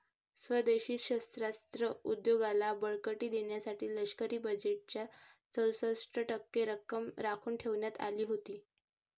स्वदेशी शस्त्रास्त्र उद्योगाला बळकटी देण्यासाठी लष्करी बजेटच्या चौसष्ट टक्के रक्कम राखून ठेवण्यात आली होती